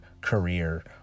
career